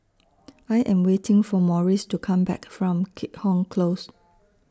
I Am waiting For Morris to Come Back from Keat Hong Close